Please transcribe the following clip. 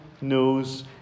knows